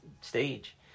stage